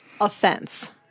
offense